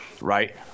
right